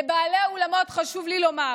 לבעלי האולמות חשוב לי לומר: